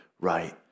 right